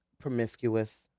promiscuous